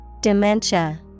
Dementia